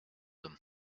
him